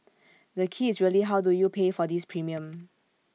the key is really how do you pay for this premium